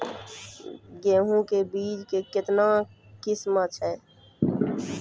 गेहूँ के बीज के कितने किसमें है?